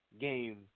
game